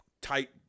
tight